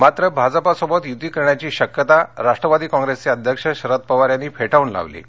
मात्र भाजपासोबत यूती करण्याची शक्यता राष्ट्रवादी काँग्रेसचे अध्यक्ष शरद पवार यांनी फेटाळून लावली आहे